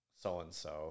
so-and-so